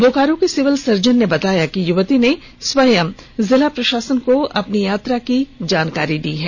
बोकारो के civil surgeon ने बताय कि युवती ने स्वं जिला प्रषासन को अपनी यात्रा की जानकारी दी है